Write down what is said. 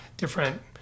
different